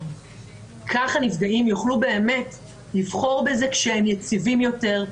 כך הנפגעים יוכלו באמת לבחור בזה כשהם יציבים יותר,